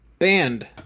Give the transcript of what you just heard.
Band